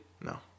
No